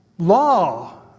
Law